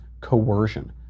coercion